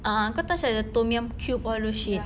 a'ah kau tahu macam the tom yum cube all those shit